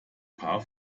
paar